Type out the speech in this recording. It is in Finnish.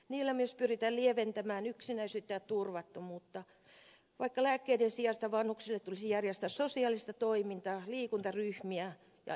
lääkkeillä myös pyritään lieventämään yksinäisyyttä ja turvattomuutta vaikka lääkkeiden sijasta vanhuksille tulisi järjestää sosiaalista toimintaa liikuntaryhmiä ja iloa